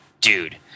dude